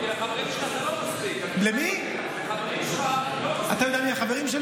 הכשרות של הרבנות, אתה מקבל או